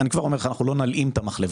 אני כבר אומר לך שאנחנו לא נלאים את המחלבה.